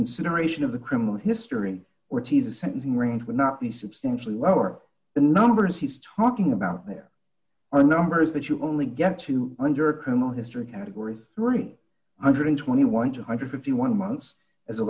consideration of the criminal history or teaser sentencing range would not be substantially lower the numbers he's talking about there are numbers that you only get to under criminal history category three hundred and twenty one thousand two hundred and fifty one months as a